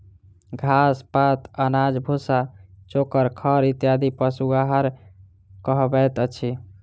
घास, पात, अनाज, भुस्सा, चोकर, खड़ इत्यादि पशु आहार कहबैत अछि